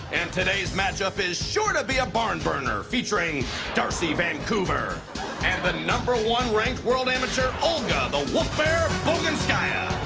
and today's matchup is sure to be a barn burner, featuring darcy vancouver and the number-one-ranked world amateur, olga the wolf bear bogunskaya.